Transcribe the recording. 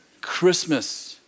Christmas